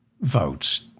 votes